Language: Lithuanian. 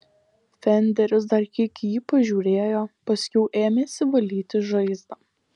fenderis dar kiek į jį pažiūrėjo paskiau ėmėsi valyti žaizdą